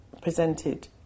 presented